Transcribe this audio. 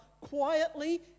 quietly